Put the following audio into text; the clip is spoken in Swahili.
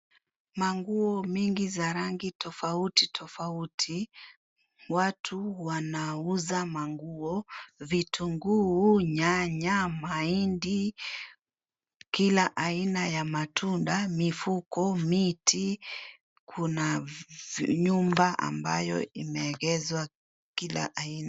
Manguo mengi za rangi tofauti tofauti , watu wanauza manguo , vitunguu , nyanya , mahindi , kila aina ya matunda , mifugo , miti , kuna nyumba ambayo imeegezwa kila aina.